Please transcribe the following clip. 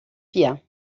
fiar